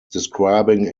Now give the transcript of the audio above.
describing